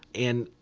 and,